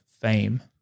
fame